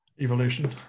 Evolution